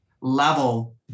level